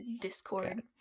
Discord